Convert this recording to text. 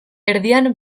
erdian